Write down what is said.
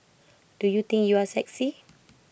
do you think you are sexy